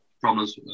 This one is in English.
problems